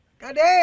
Goddamn